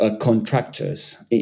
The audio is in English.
contractors